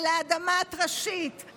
על האדמה הטרשית,